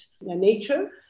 nature